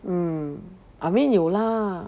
mm I mean 有 lah